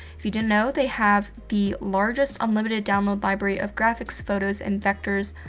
if you didn't know they have the largest unlimited download library of graphics, photos, and vectors.